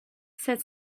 said